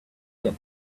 get